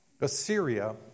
Assyria